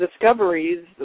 discoveries